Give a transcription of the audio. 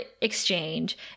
exchange